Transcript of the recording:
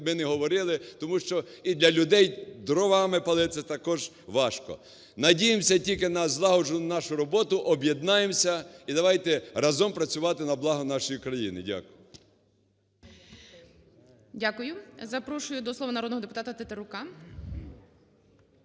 ми не говорили. Тому що і для людей дровами палити – це також важко. Надіємося тільки на злагоджену нашу роботу, об'єднаємося і давайте разом працювати на благо нашої країни. Дякую.